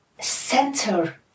center